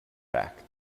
back